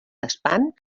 espant